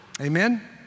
Amen